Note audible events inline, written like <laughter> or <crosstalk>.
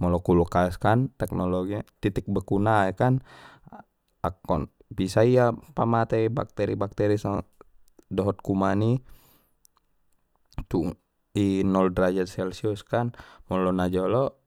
molo kulkas kan teknologi titik beku nai kan akkon bisa ia pamate bakteri bakteri dohot kuman i <noise> dung i nol derajat celcius kan molo na jolo.